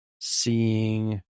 seeing